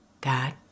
God